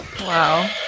Wow